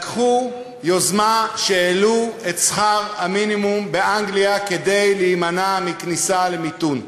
לקחו יוזמה והעלו את שכר המינימום באנגליה כדי להימנע מכניסה למיתון.